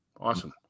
Awesome